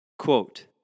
Quote